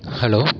hello